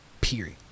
period